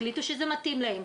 החליטו שזה מתאים להם,